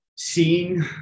Seeing